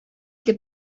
для